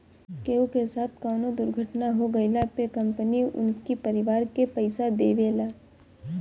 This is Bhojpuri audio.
केहू के साथे कवनो दुर्घटना हो गइला पे कंपनी उनकरी परिवार के पईसा देवेला